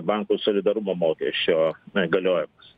bankų solidarumo mokesčio na galiojimas